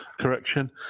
correction